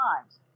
Times